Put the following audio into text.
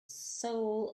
soul